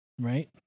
Right